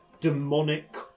demonic